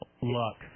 Luck